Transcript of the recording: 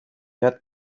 had